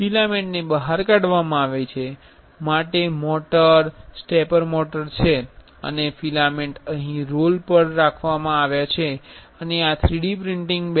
ફિલામેન્ટને બહાર કાઢવા માટે મોટર સ્ટેપર મોટર છે અને ફિલામેન્ટ અહીં રોલ પર રાખવામાં આવ્યા છે અને આ 3D પ્રિન્ટિંગ બેડ છે